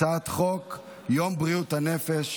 הצעת חוק יום בריאות הנפש,